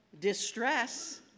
distress